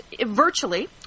virtually